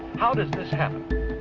how does this happen?